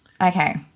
Okay